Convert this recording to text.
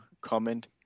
comment